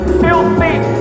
filthy